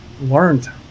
learned